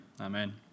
amen